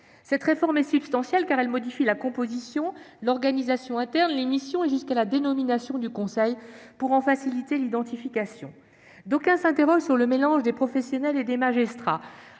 Cette réforme est substantielle, car elle modifie la composition, l'organisation interne, les missions et jusqu'à la dénomination du Conseil pour en faciliter l'identification. D'aucuns s'interrogent sur le mélange des professionnels et des magistrats.